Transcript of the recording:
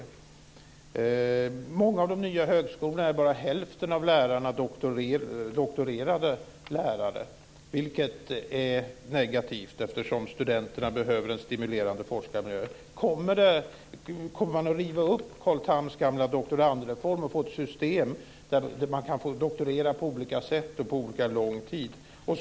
På många av de nya högskolorna är bara hälften av lärarna doktorerade lärare, vilket är negativt eftersom studenterna behöver en stimulerande forskarmiljö. Kommer man att riva upp Carl Thams gamla doktorandreform och få ett system där det går att doktorera på olika sätt och på olika lång tid?